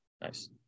Nice